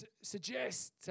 suggest